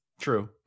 True